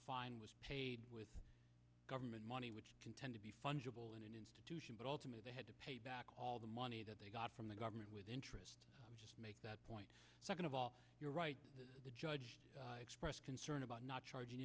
fine was paid with government money which can tend to be fungible in an institution but ultimately had to pay back all the money that they got from the government with interest just make that point second of all you're right the judge expressed concern about not charging